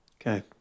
Okay